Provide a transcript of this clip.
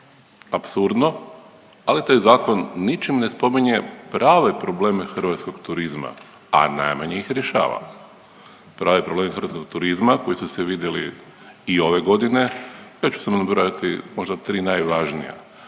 Apsurdno, ali taj zakon ničim ne spominje prave probleme hrvatskog turizma, a najmanje ih rješava. Pravi problemi hrvatskog turizma koji su se vidjeli i ove godine, ja ću samo nabrojati možda tri najvažnija.